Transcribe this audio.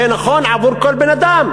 זה נכון עבור כל בן-אדם,